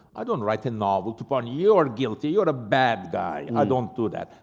i don't write a novel to point, you are guilty, you're a bad guy. and i don't do that.